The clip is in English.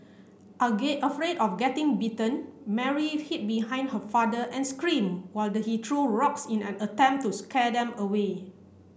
again afraid of getting bitten Mary hid behind her father and screamed while he threw rocks in an attempt to scare them away